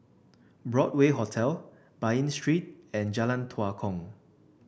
Broadway Hotel Bain Street and Jalan Tua Kong